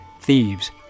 thieves